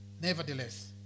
Nevertheless